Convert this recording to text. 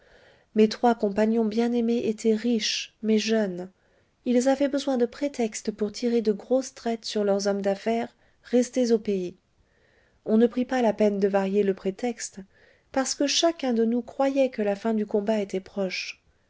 mes trois compagnons bien-aimés étaient riches mais jeunes ils avaient besoin de prétextes pour tirer de grosses traites sur leurs hommes d'affaires restés au pays on ne prit pas la peine de varier le prétexte parce que chacun de nous croyait que la fin du combat était proche